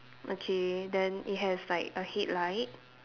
okay then it has like a headlight